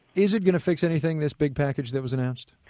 is it going to fix anything, this big package that was announced?